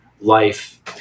life